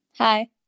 Hi